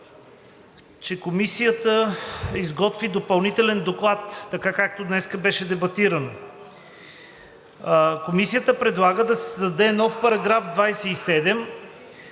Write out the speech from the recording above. че Комисията изготви допълнителен доклад, така, както днес беше дебатирано. Комисията предлага да се създаде нов § 27: